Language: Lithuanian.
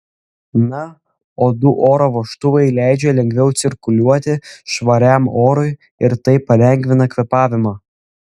na o du oro vožtuvai leidžia lengviau cirkuliuoti švariam orui ir taip palengvina kvėpavimą